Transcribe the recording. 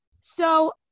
So-